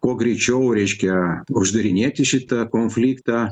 kuo greičiau reiškia uždarinėti šitą konfliktą